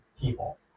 people